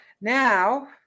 Now